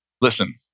listen